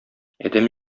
адәм